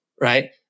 Right